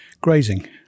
grazing